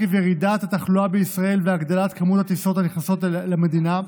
עקב ירידת התחלואה בישראל והגדלת מספר הטיסות הנכנסות למדינה,